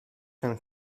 can